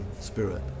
spirit